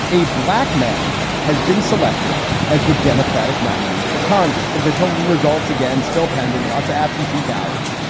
a black man has been selected as the democratic nominee for congress. official results again, still pending lots of absentee ballots.